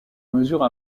mesures